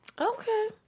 Okay